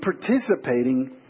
participating